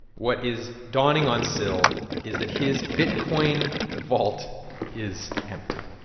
what is dawning on syl is that his bitcoin vault is empty.